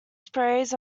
sprays